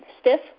stiff